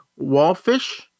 Wallfish